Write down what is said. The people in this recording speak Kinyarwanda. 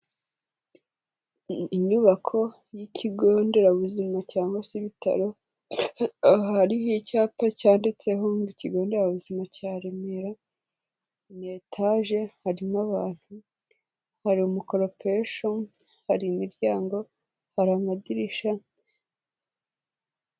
Inyubako y'ikigo nderabuzima cya cyangwa se ibitaro, aha hariho icyapa cyanditseho ngo ikigo nderabuzima cya Remera, mu etaje harimo abantu, hari umukoropesho, hari imiryango, hari amadirisha.